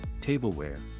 tableware